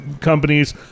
companies